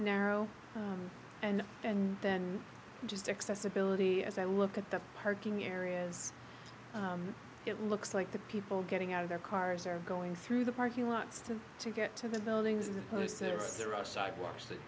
narrow and then just accessibility as i look at the parking areas it looks like the people getting out of their cars are going through the parking lots to to get to the buildings th